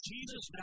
Jesus